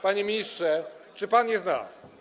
Panie ministrze, czy pan je zna?